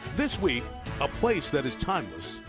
this week a place that is timeless,